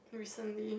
recently